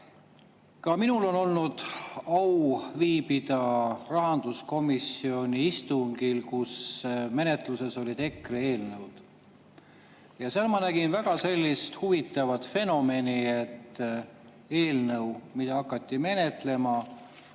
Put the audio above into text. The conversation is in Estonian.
Ka minul on olnud au viibida rahanduskomisjoni istungil, kui menetluses olid EKRE eelnõud. Ja seal ma nägin väga huvitavat fenomeni: eelnõu, mida hakati menetlema,